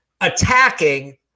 attacking